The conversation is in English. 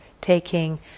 taking